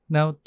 Now